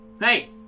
Hey